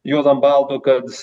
juodu an balto kad